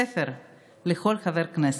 ספר לכל חבר כנסת.